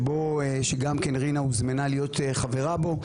שבו גם כן רינה הוזמנה להיות חברה בו,